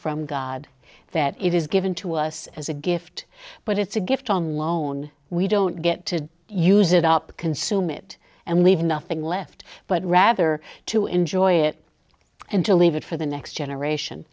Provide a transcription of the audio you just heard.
from god that it is given to us as a gift but it's a gift on loan we don't get to use it up consume it and leave nothing left but rather to enjoy it and to leave it for the next generation